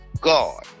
God